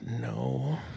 No